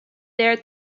their